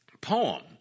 poem